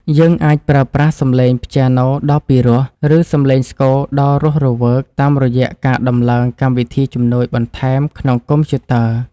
យើងអាចប្រើប្រាស់សំឡេងព្យាណូដ៏ពិរោះ ឬ សំឡេងស្គរដ៏រស់រវើកតាមរយៈការដំឡើងកម្មវិធីជំនួយបន្ថែមក្នុងកុំព្យូទ័រ។